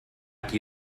qui